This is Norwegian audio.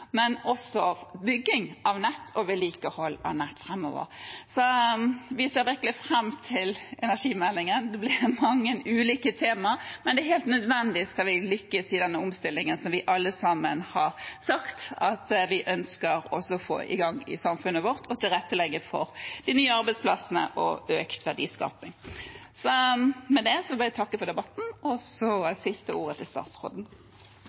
men også for bygging av nett og vedlikehold av nett framover. Vi ser virkelig fram til energimeldingen. Det ble mange ulike tema, men det er helt nødvendig skal vi lykkes i den omstillingen vi alle sammen har sagt at vi ønsker å få i gang i samfunnet vårt, og tilrettelegge for de nye arbeidsplassene og økt verdiskaping. Med det vil jeg takke for debatten, og så er det siste ordet til statsråden.